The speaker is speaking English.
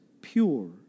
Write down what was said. pure